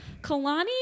Kalani